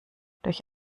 durch